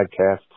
podcasts